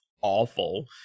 awful